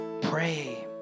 pray